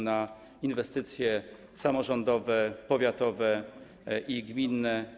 na inwestycje samorządowe, powiatowe i gminne.